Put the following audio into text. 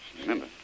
Remember